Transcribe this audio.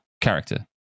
character